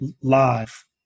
live